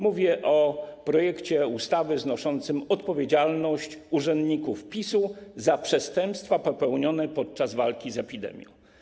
Mówię o projekcie ustawy znoszącym odpowiedzialność urzędników PiS-u za przestępstwa popełnione podczas walki z epidemią.